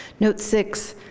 note six.